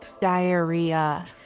Diarrhea